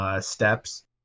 Steps